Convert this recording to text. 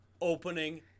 opening